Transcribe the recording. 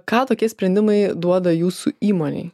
ką tokie sprendimai duoda jūsų įmonei